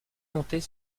monter